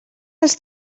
els